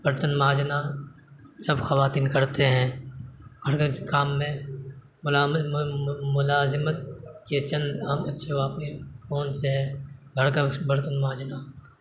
برتن مانجنا سب خواتین کرتے ہیں گھر کے کام میں ملازمت کے چند اچھے واقعے کون سے ہے گھر کا برتن مانجنا